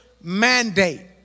mandate